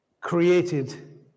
created